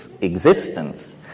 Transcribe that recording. existence